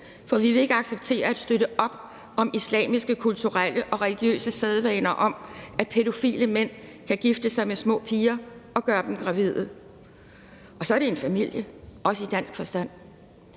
For vi vil ikke acceptere at støtte op om islamiske kulturelle og religiøse sædvaner om, at pædofile mænd kan gifte sig med små piger og gøre dem gravide, og så er det en familie, også i dansk forstand.